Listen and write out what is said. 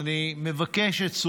לא צריך את החוק הזה.